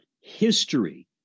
history